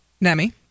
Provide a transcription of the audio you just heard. Nami